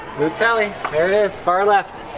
luke talley, there it is, far left.